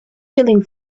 feeling